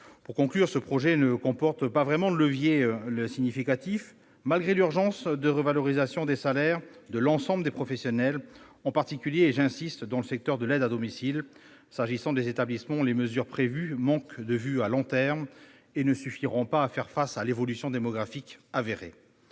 sur ce sujet, ce projet de loi ne comporte pas vraiment de levier significatif, malgré l'urgence de la revalorisation des salaires de l'ensemble des professionnels, en particulier- j'insiste -dans le secteur de l'aide à domicile. S'agissant des établissements, les mesures prévues manquent de perspectives à long terme et ne suffiront pas à faire face à l'évolution démographique avérée.